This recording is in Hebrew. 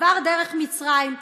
עבר דרך מצרים.